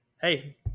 Hey